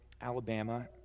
Alabama